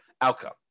outcome